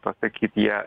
pasakyt jie